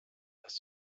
das